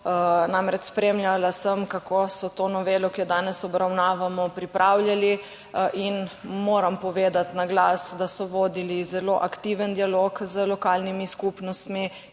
Namreč, spremljala sem kako so to novelo, ki jo danes obravnavamo, pripravljali. In moram povedati na glas, da so vodili zelo aktiven dialog z lokalnimi skupnostmi,